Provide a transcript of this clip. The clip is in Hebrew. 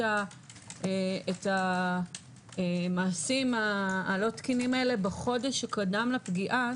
את המעשים הלא תקינים הללו בחודש שקדם לפגיעה,